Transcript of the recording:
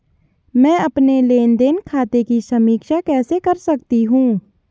मैं अपने लेन देन खाते की समीक्षा कैसे कर सकती हूं?